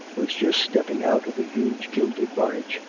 was just stepping out of the huge gilded barge,